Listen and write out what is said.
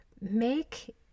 make